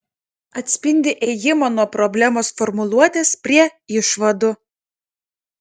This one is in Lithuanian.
atspindi ėjimą nuo problemos formuluotės prie išvadų